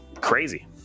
crazy